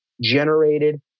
generated